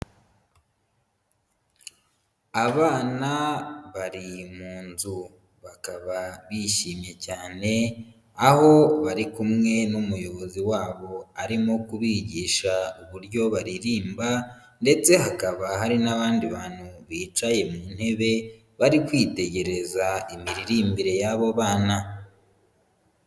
Abana bari mu nzu. Bakaba bishimye cyane aho bari kumwe n'umuyobozi wabo arimo kubigisha uburyo baririmba ndetse hakaba hari n'abandi bantu bicaye mu ntebe, bari kwitegereza imiririmbire y'abo bana.